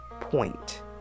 point